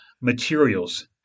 materials